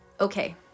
okay